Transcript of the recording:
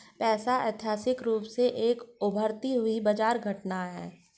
पैसा ऐतिहासिक रूप से एक उभरती हुई बाजार घटना है